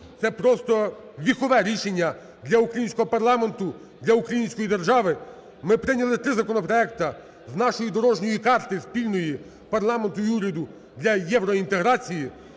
це просто вікове рішення для українського парламенту, для української держави. Ми прийняли 3 законопроекти з нашої дорожньої карти спільної парламенту і уряду для євроінтеграції.